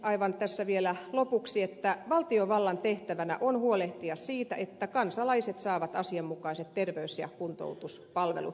aivan tässä vielä lopuksi että valtiovallan tehtävänä on huolehtia siitä että kansalaiset saavat asianmukaiset terveys ja kuntoutuspalvelut